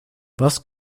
was